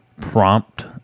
prompt